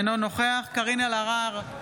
אינו נוכח קארין אלהרר,